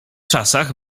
czasach